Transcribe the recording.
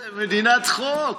זה מדינת חוק.